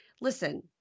Listen